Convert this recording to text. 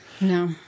No